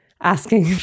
asking